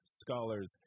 scholars